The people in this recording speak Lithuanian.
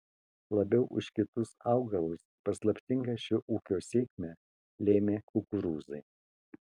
labiau už kitus augalus paslaptingą šio ūkio sėkmę lėmė kukurūzai